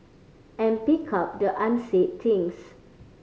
and pick up the unsaid things